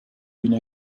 une